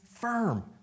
firm